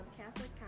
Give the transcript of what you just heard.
Catholic